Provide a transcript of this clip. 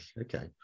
okay